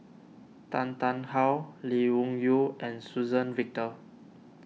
Tan Tarn How Lee Wung Yew and Suzann Victor